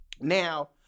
Now